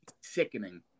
sickening